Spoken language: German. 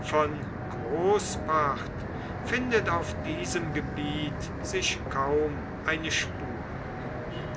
von großpacht findet auf diesem gebiet sich kaum eine spur